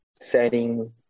setting